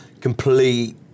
complete